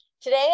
Today